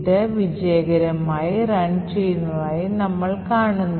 ഇത് വിജയകരമായി run ചെയ്യുന്നതായി നമ്മൾ കാണുന്നു